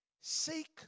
Seek